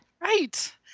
Right